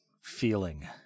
feeling